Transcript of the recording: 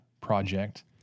project